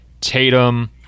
Tatum